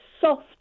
soft